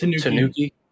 Tanuki